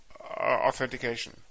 authentication